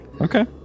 Okay